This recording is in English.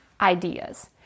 ideas